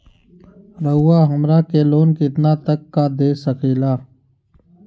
रउरा हमरा के लोन कितना तक का दे सकेला?